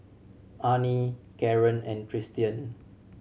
Arnie Caren and Tristian